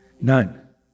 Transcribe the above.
None